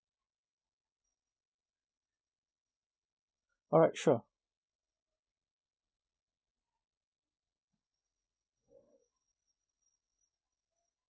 alright sure